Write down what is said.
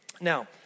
Now